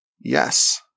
Yes